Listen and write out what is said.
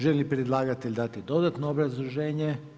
Želi li predlagatelj dati dodatno obrazloženje?